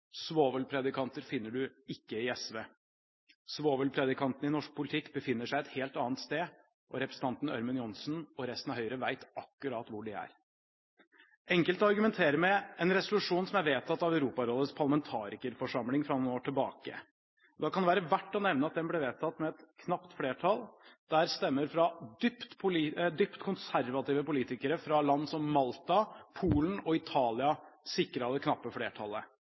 finner du ikke i SV. Svovelpredikantene i norsk politikk befinner seg et helt annet sted, og representanten Ørmen Johnsen og resten av Høyre vet akkurat hvor det er. Enkelte argumenterer med en resolusjon som er vedtatt av Europarådets parlamentariske forsamling fra noen år tilbake. Da kan det være verdt å nevne at den ble vedtatt med et knapt flertall, der stemmer fra dypt konservative politikere fra land som Malta, Polen og Italia sikret det knappe flertallet.